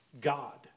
God